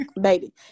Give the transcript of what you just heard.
baby